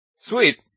sweet